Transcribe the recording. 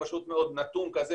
נתון כזה,